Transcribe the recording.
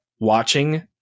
watching